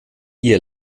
ihr